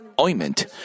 ointment